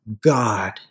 God